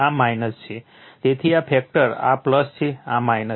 તેથી આ ફેક્ટર આ છે આ છે